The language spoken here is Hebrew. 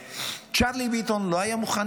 וצ'רלי ביטון לא היה מוכן,